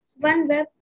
OneWeb